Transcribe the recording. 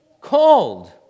called